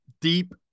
deep